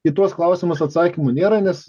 į tuos klausimus atsakymų nėra nes